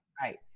right